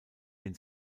den